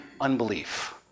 unbelief